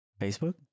Facebook